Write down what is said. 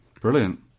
Brilliant